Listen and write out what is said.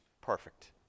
perfect